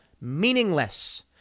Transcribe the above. meaningless